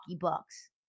Bucks